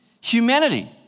humanity